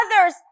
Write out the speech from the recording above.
others